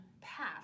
path